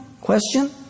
Question